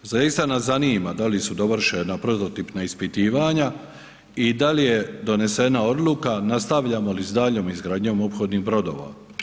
Zaista nas zanima da li su dovršena prototipna ispitivanja i da li je donesena odluka, nastavljamo li s daljnjom izgradnjom ophodnih brodova.